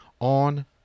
on